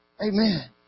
Amen